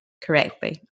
correctly